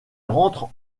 rentre